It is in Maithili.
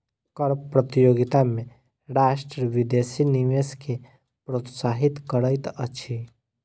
कर प्रतियोगिता में राष्ट्र विदेशी निवेश के प्रोत्साहित करैत अछि